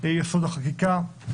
יסוד החקיקה.